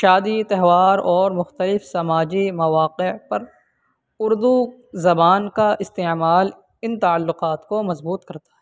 شادی تہوار اور مختلف سماجی مواقع پر اردو زبان کا استعمال ان تعلقات کو مضبوط کرتا ہے